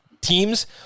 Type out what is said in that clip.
teams